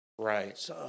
Right